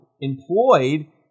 employed